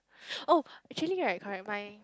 oh actually right correct my